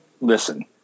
Listen